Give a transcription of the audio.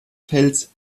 fels